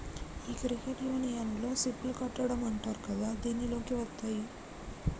ఈ క్రెడిట్ యూనియన్లో సిప్ లు కట్టడం అంటారు కదా దీనిలోకి వత్తాయి